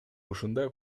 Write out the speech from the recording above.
ушундай